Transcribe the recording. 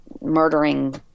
murdering